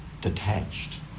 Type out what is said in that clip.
detached